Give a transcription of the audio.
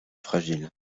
fragile